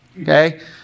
okay